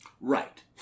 Right